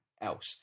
else